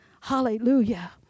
Hallelujah